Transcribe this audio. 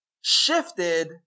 shifted